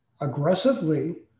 aggressively